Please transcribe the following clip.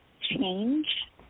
change